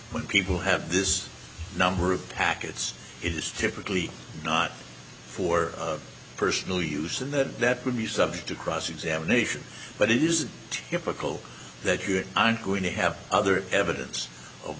when people have this number of packets is typically not for personal use and that that would be subject to cross examination but it is typical that you aren't going to have other evidence of